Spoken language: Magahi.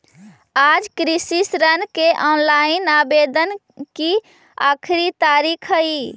आज कृषि ऋण के ऑनलाइन आवेदन की आखिरी तारीख हई